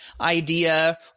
idea